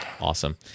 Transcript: Awesome